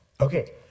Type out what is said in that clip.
Okay